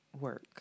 work